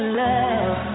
love